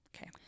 Okay